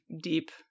deep